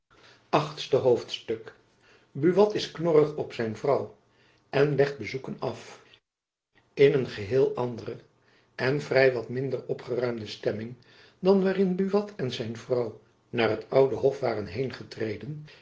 achtste hoofdstuk buat is knorrig op zijn vrouw en legt bezoeken af in een geheel andere en vrij wat minder opgeruimde stemming dan waarin buat en zijn vrouw naar het oude hof waren